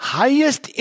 highest